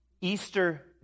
Easter